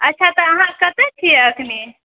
अच्छा तऽ अहाँ कतऽ छिए अखनि